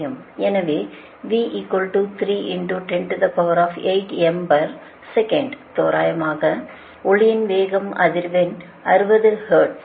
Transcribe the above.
எனவே தோராயமாக ஒளியின் வேகம் அதிர்வெண் 60 ஹெர்ட்ஸ்